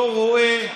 לא רואה,